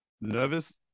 nervous